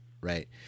right